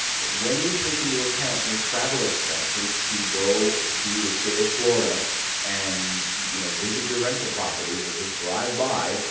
but when you take into account your travel expenses to go to the state of florida and you know visit your rental properties or just drive by,